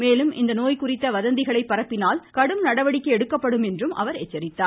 மேலும் இந்நோய் குறித்த வதந்திகளை பரப்பினால் கடும் நடவடிக்கை எடுக்கப்படும் என்றும் அவர் எச்சரித்தார்